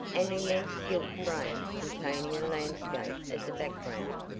an immense gilt frame, containing a landscape as a background.